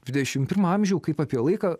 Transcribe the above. dvidešim pirmą amžių kaip apie laiką